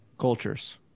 cultures